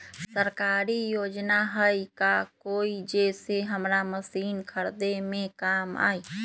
सरकारी योजना हई का कोइ जे से हमरा मशीन खरीदे में काम आई?